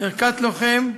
ערכת לוחם,